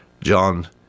john